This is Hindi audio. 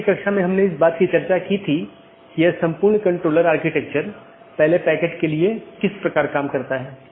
विशेषता का संयोजन सर्वोत्तम पथ का चयन करने के लिए उपयोग किया जाता है